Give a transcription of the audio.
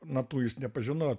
natų jis nepažino